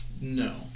No